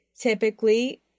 typically